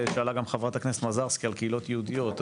שאלה גם חברת הכנסת מזרסקי על קהילות יהודיות,